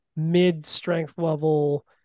mid-strength-level